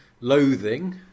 loathing